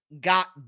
got